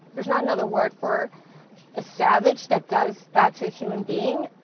there's not another word for a savage that does that to a human being.